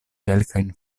kelkajn